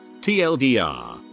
tldr